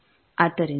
ಆದ್ದರಿಂದ ಇದು 9